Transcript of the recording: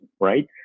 right